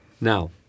Now